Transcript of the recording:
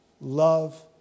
love